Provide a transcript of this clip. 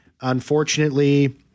unfortunately